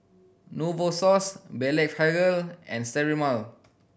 Novosource Blephagel and Sterimar